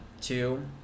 two